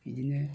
बिदिनो